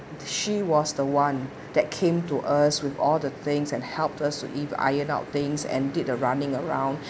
she was the one that came to us with all the things and helped us to eve~ ironed out things and did a running around